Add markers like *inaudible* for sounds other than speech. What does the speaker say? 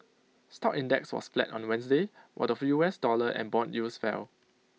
stock index was flat on Wednesday while the *hesitation* U S dollar and Bond yields fell